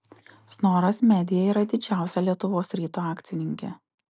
snoras media yra didžiausia lietuvos ryto akcininkė